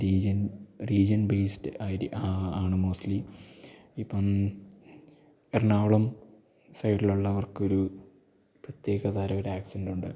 region region based ആയി ആണ് mostly ഇപ്പം എറണാകുളം സൈഡിലുള്ളവർക്കൊരു പ്രത്യേക തരം ആക്സന്റ് ഉണ്ട്